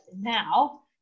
now